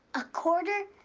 a quarter!